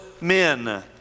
men